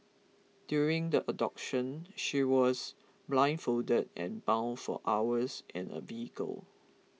during the abduction she was blindfolded and bound for hours in a vehicle